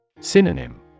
Synonym